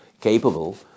capable